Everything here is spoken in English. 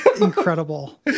Incredible